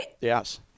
yes